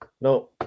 No